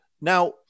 Now